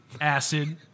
Acid